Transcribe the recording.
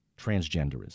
transgenderism